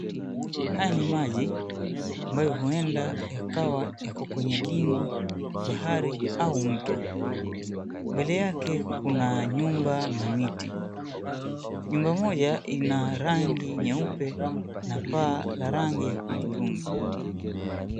Haya ni maji ambayo huenda yakawa yako kwenye dimbwi, bahari au mto. Mbele yake kuna nyumba na miti, nyumba moja ina rangi nyeupe na paa la rangi ya hudhurungi.